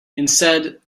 instead